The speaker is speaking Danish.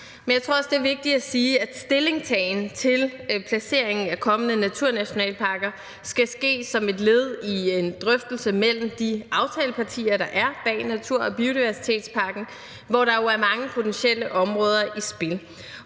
Men jeg tror også, det er vigtigt at sige, at stillingtagen til placeringen af kommende naturnationalparker skal ske som et led i en drøftelse mellem de aftalepartier, der er bag natur- og biodiversitetspakken, og der er jo mange potentielle områder i spil.